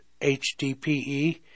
HDPE